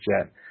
jet